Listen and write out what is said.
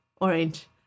orange